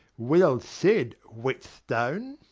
well said, whetstone.